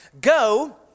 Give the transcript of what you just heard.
Go